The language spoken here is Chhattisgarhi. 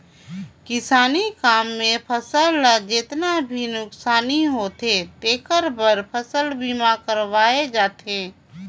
किसानी काम मे फसल ल जेतना भी नुकसानी होथे तेखर बर फसल बीमा करवाये रथें